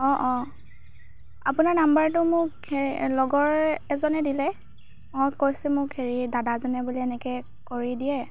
অঁ অঁ আপোনাৰ নাম্বাৰটো মোক লগৰ এজনে দিলে অঁ কৈছে মোক দাদা এজনে বোলে এনেকৈ কৰি দিয়ে